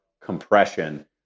compression